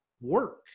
work